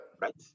Right